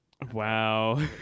Wow